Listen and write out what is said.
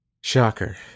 Shocker